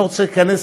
אני לא רוצה להיכנס,